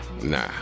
Nah